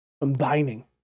combining